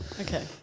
Okay